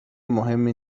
مهمی